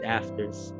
afters